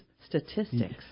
statistics